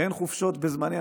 ואין חופשות בזמנים,